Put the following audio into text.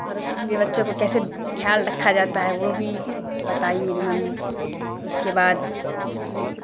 اور اس کے بچوں کو کیسے خیال رکھا جاتا ہے وہ بھی بتائی میری ممی اس کے بعد اس کی